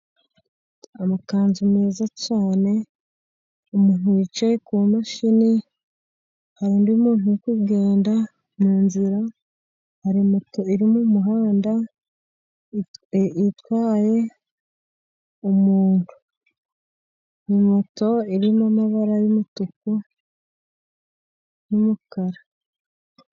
Amakanzu meza cyane. Umuntu wicaye ku imashini hari undi muntu uri kugenda mu nzira hari moto iri mu muhanda itwaye umuntu, moto irimo amabara y'umutuku n'umukara.